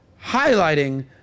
highlighting